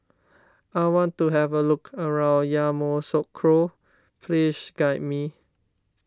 I want to have a look around Yamoussoukro please guide me